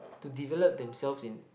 to develop themselves in